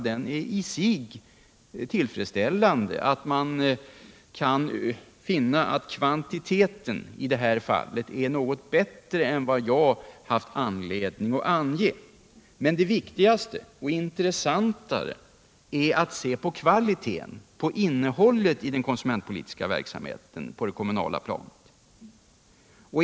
Det är i sig tillfredsställande att man kan finna att kvantiteten i det här fallet är något bättre än vad jag hade anledning att ange. Men det är kanske intressantare att se på kvaliteten, på innehållet i den konsumentpolitiska verksamheten på det kommunala planet.